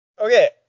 Okay